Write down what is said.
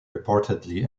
reportedly